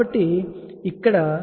కాబట్టి అలాంటిదే